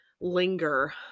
linger